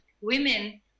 women